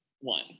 one